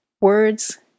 words